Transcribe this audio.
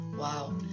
Wow